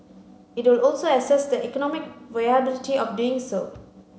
it will also assess the economic viability of doing so